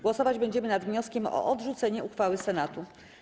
Głosować będziemy nad wnioskiem o odrzucenie uchwały Senatu.